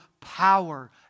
power